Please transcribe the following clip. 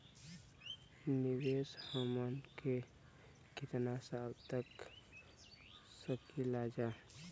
निवेश हमहन के कितना साल तक के सकीलाजा?